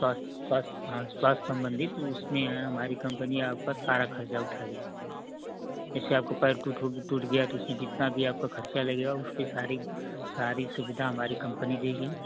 स्व स्व स्वास्थ संबंधित उसमें हमारी कंपनी आपका साढ़ खर्चा कंपनी उठाएगी जैसे आपका पैर टूट टूट उट गया तो उसमें जितना भी आपका खर्चा लगेगा उसकी सारी सारी सुविधा हमारी कम्पनी देगी